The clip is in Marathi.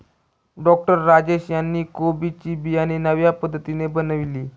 डॉक्टर राजेश यांनी कोबी ची बियाणे नव्या पद्धतीने बनवली